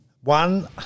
One